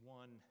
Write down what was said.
one